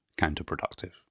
counterproductive